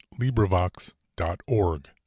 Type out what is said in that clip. LibriVox.org